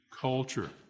culture